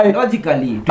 logically